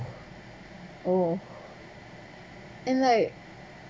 oh and like